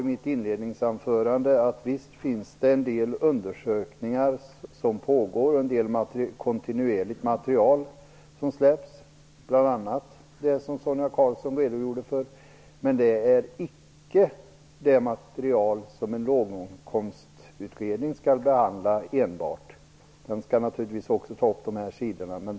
I mitt inledningsanförande sade jag att det pågår en del undersökningar och att en del material släpps kontinuerligt, bl.a. det som Sonia Karlsson redogjorde för. Men en låginkomstutredning skall inte enbart behandla det materialet.